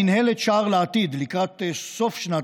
מינהלת "שער לעתיד" לקראת סוף שנת